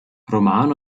roman